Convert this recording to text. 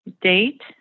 date